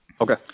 Okay